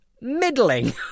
middling